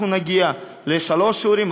אנחנו נגיע לשלושה שיעורים,